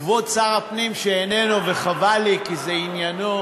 כבוד שר הפנים, שאיננו, וחבל לי, כי זה עניינו,